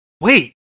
Wait